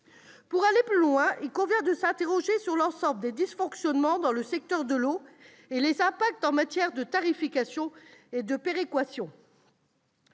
Pour aller plus loin, il convient de s'interroger sur l'ensemble des dysfonctionnements dans le secteur de l'eau et sur leurs effets en matière de tarification et de péréquation.